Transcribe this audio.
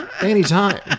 Anytime